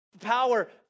power